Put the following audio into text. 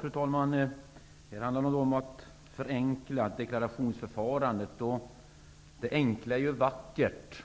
Fru talman! Det handlar nu om att förenkla deklarationsförfarandet. Det enkla är ju vackert,